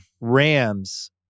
Rams